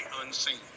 unseen